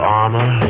armor